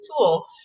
tool